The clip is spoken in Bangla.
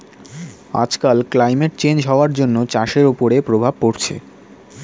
আজকাল ক্লাইমেট চেঞ্জ হওয়ার জন্য চাষের ওপরে প্রভাব পড়ছে